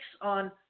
on